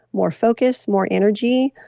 more focus, more energy,